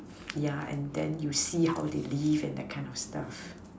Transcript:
yeah and then you see how they live and that kind of stuff